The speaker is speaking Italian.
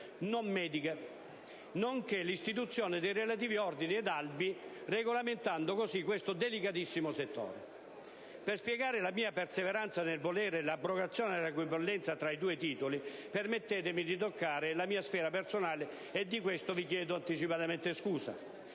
(non mediche), nonché l'istituzione dei relativi ordini ed albi, regolamentando così questo delicatissimo settore. Per spiegare la mia perseveranza nel volere l'abrogazione della equipollenza tra i due titoli, permettetemi di toccare la mia sfera personale, e di ciò vi chiedo anticipatamente scusa.